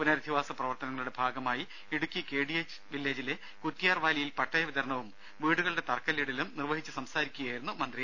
പുനരധിവാസ പ്രവർത്തനങ്ങളുടെ ഭാഗമായി ഇടുക്കി കെ ഡി എച്ച് വില്ലേജിലെ കുറ്റിയാർവാലിയിൽ പട്ടയവിതരണവും വീടുകളുടെ തറക്കല്ലിടീലും നിർവ്വഹിച്ച് സംസാരിക്കുകയായിരുന്നു മന്ത്രി